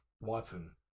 Watson